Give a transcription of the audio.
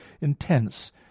intense